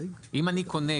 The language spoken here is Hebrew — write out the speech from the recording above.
אם אני קונה,